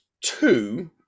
two